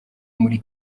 muri